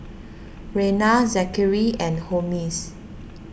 Reyna Zachary and Holmes